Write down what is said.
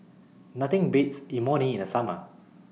Nothing Beats having Imoni in The Summer